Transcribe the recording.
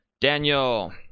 Daniel